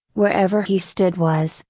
wherever he stood was,